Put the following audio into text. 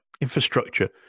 infrastructure